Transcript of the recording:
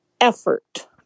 effort